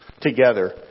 together